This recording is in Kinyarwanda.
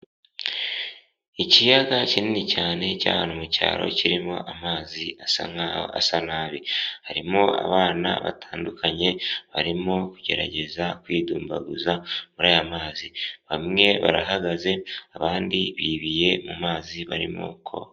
Ikiyaga kinini cyane cy'ahantu mu cyaro kirimo amazi asa nkaho asa nabi, harimo abana batandukanye barimo kugerageza kwidumbaguza muri aya mazi, bamwe barahagaze abandi bibiye mu mazi barimo koga.